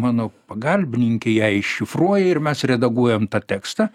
mano pagalbininkė ją iššifruoja ir mes redaguojam tą tekstą